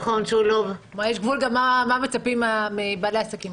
כלומר, יש גבול גם מה מצפים מבעלי העסקים.